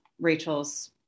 Rachel's